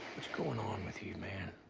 what's going on with you, man?